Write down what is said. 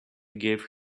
gave